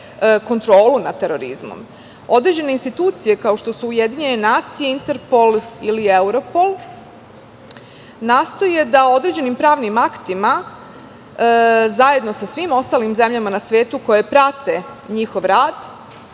kontrolu nad terorizmom. Određene institucije kao što su UN, Interpol, ili Europol, nastoje da određenim pravnim aktima zajedno sa svim zemljama na svetu koje prate njihov rad